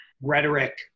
rhetoric